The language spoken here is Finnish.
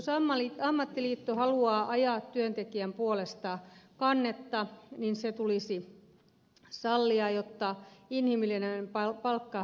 jos ammattiliitto haluaa ajaa työntekijän puolesta kannetta se tulisi sallia jotta inhimillinen palkka voidaan taata